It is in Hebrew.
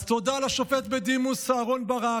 אז תודה לשופט בדימוס אהרן ברק,